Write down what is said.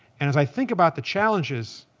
and as i think about the challenges,